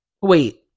wait